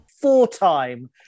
Four-time